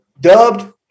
Dubbed